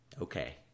Okay